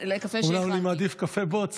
אומנם אני מעדיף קפה בוץ,